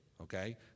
okay